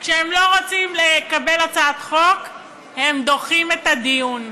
כשהם לא רוצים לקבל הצעת חוק הם דוחים את הדיון.